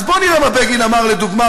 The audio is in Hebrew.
אז בואו נראה מה בגין אמר לדוגמה,